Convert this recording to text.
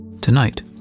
Tonight